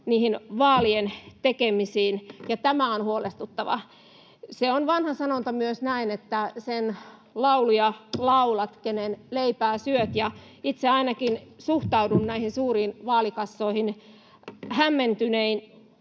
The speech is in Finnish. vaalien tekemisiin, ja tämä on huolestuttavaa. On vanha sanonta myös, että sen lauluja laulat, kenen leipää syöt, ja itse ainakin suhtaudun näihin suuriin vaalikassoihin hämmentynein